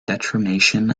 determination